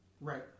right